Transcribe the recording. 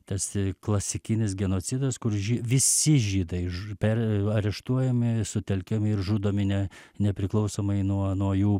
tarsi klasikinis genocidas kur visi žydai iš per areštuojami sutelkiami ir žudomi ne nepriklausomai nuo nuo jų